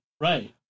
Right